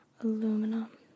Aluminum